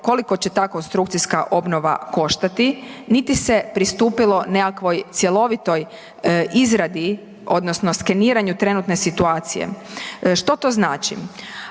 koliko će ta konstrukcijska obnova koštati, niti se pristupilo nikakvoj cjelovitoj izradi nekakvoj cjelovitoj izradi odnosno skeniranju trenutne situacije. Što to znači?